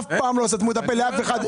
אף פעם לא סתמו את הפה לאף אחד.